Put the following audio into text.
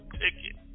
ticket